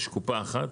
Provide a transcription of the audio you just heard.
יש קופה אחת,